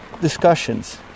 discussions